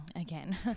Again